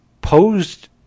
posed